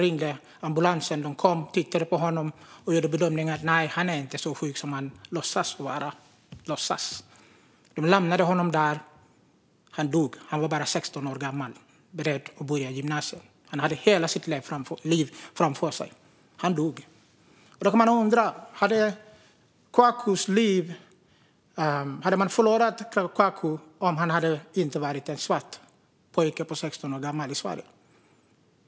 Ambulansen kom, och ambulanspersonalen tittade på honom och bedömde att han inte var så sjuk som han "låtsades" vara. De lämnade honom där, och han dog. Han var bara 16 år gammal. Kwaku beredde sig på att börja gymnasiet; han hade sitt liv framför sig, men han dog. Man kan undra om föräldrarna hade förlorat Kwaku om han inte hade varit en svart pojke på 16 år i Sverige.